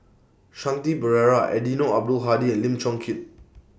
Shanti Pereira Eddino Abdul Hadi and Lim Chong Keat